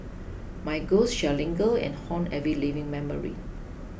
my ghost shall linger and haunt every living memory